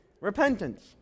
repentance